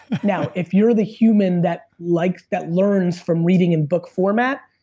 now, if you're the human that like that learns from reading in book format,